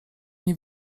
nie